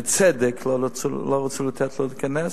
בצדק לא רצו לתת לו להיכנס.